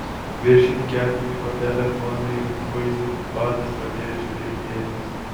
viršininkė atėmė kortelę duonai ir buizai badas pradėjo žiūrėti į akis